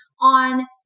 on